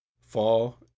Fall